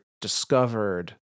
discovered